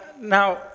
Now